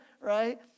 right